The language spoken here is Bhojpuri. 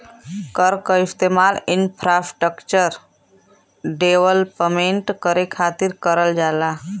कर क इस्तेमाल इंफ्रास्ट्रक्चर डेवलपमेंट करे खातिर करल जाला